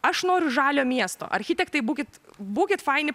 aš noriu žalio miesto architektai būkit būkit faini